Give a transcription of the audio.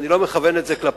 ואני לא מכוון את זה כלפיך,